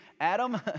Adam